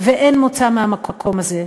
ואין מוצא מהמקום הזה.